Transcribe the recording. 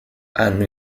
hanno